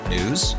News